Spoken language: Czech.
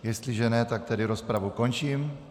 Jestliže ne, tak tedy rozpravu končím.